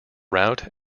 route